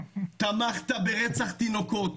תמכת ברצח תינוקות.